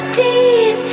deep